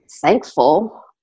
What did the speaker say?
thankful